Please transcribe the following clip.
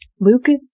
Lucas